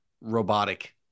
robotic